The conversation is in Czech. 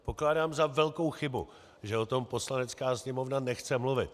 Pokládám za velkou chybu, že o tom Poslanecká sněmovna nechce mluvit.